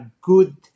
good